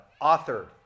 author